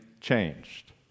changed